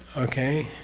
okay?